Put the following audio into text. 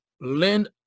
lend